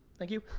thank you.